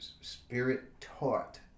Spirit-taught